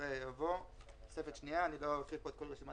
ואחריה יבוא: "תוספת שנייה אני לא אקרא פה את כל רשימת